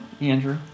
Andrew